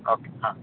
okay હા